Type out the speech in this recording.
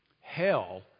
Hell